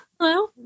Hello